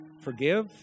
forgive